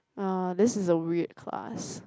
uh this is a weird class